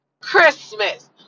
Christmas